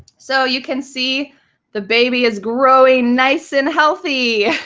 so you can see the baby is growing nice and healthy.